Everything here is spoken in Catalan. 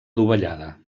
dovellada